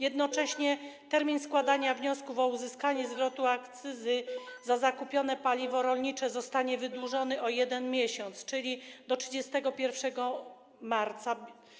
Jednocześnie termin składania wniosków o uzyskanie zwrotu akcyzy za zakupione paliwo rolnicze zostanie wydłużony o jeden miesiąc, czyli do 31 marca.